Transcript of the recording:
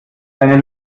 deine